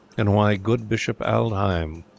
and why good bishop aldhelm,